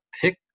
pick